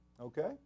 Okay